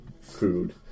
food